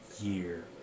Year